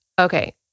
Okay